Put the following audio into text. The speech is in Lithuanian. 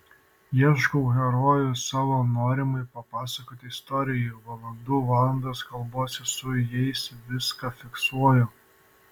ieškau herojų savo norimai papasakoti istorijai valandų valandas kalbuosi su jais viską fiksuoju